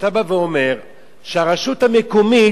אתה בא ואומר שהרשות המקומית,